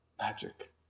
magic